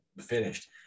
finished